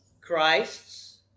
Christ's